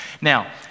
Now